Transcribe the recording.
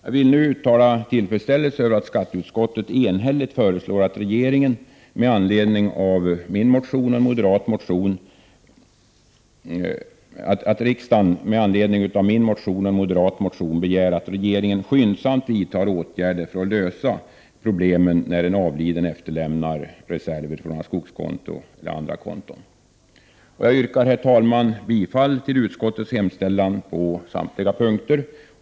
Jag vill nu uttala min tillfredsställelse över att skatteutskottet enhälligt föreslår att riksdagen med anledning av min motion och en moderat motion begär att regeringen skyndsamt vidtar åtgärder för att lösa de problem som uppstår när en avliden efterlämnar skogskonto eller andra konton. Jag yrkar, herr talman, bifall till utskottets hemställan på samtliga punkter.